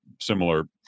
similar